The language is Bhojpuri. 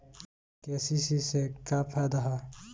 के.सी.सी से का फायदा ह?